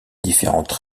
différentes